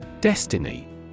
Destiny